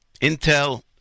Intel